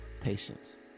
patience